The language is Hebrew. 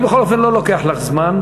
אני בכל אופן לא לוקח לך זמן,